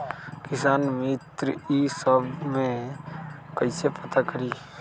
किसान मित्र ई सब मे कईसे पता करी?